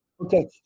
Okay